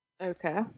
okay